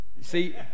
see